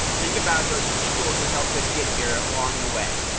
think about those people who helped us get here along the way.